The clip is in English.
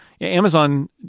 Amazon